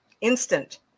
instant